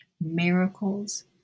miracles